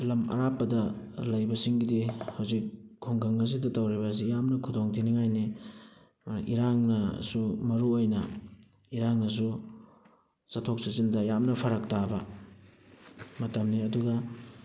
ꯂꯝ ꯑꯔꯥꯞꯄꯗ ꯂꯩꯕꯁꯤꯡꯒꯤꯗꯤ ꯍꯧꯖꯤꯛ ꯈꯨꯡꯒꯪ ꯑꯁꯤꯗ ꯇꯧꯔꯤꯕ ꯑꯁꯤ ꯌꯥꯝꯅ ꯈꯨꯗꯣꯡ ꯊꯤꯅꯤꯡꯉꯥꯏꯅꯤ ꯏꯔꯥꯡꯅꯁꯨ ꯃꯔꯨ ꯑꯣꯏꯅ ꯏꯔꯥꯡꯅꯁꯨ ꯆꯠꯊꯣꯛ ꯆꯠꯁꯤꯟꯗ ꯌꯥꯝꯅ ꯐꯔꯛ ꯇꯥꯕ ꯃꯇꯝꯅꯤ ꯑꯗꯨꯒ